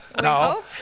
No